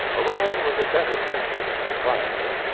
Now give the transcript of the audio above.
orion was a better printer than proprietor.